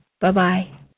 Bye-bye